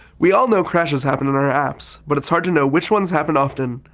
we all know crashes happen in our apps, but it's hard to know which ones happen often,